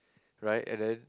right and then